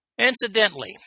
Incidentally